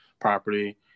property